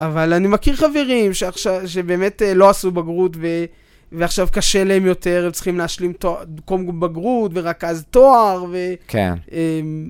אבל אני מכיר חברים שבאמת לא עשו בגרות ועכשיו קשה להם יותר, הם צריכים להשלים תואר, קודם בגרות ורק אז תואר ו... כן.